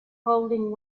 holding